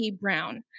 Brown